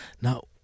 Now